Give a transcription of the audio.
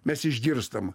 mes išgirstam